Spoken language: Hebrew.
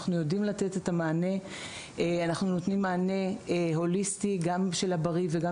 אנחנו נותנים מענה הוליסטי גם לבריא וגם